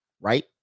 right